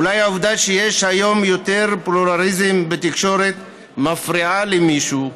אולי העובדה שיש היום יותר פלורליזם בתקשורת מפריעה למישהו,